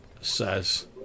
says